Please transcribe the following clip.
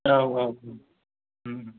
औ औ औ उम उम